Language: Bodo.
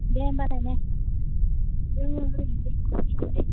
दे होनबालाय ने दङ ओरैनो